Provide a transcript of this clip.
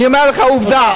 אני אומר לך עובדה.